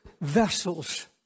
vessels